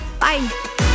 Bye